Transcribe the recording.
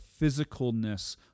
physicalness